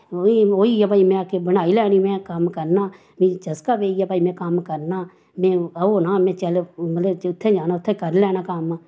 फिर होइया भाई में आखेआ बनाई लैन्नी में कम्म करना मीं चस्का पेइया भाई में कम्म करना में ओह् होना मतलब उत्थें जाना उत्थें करी लैना कम्म